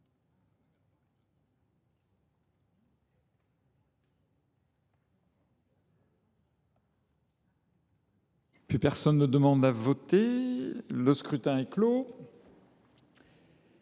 Personne ne demande plus à voter ?… Le scrutin est clos.